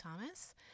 Thomas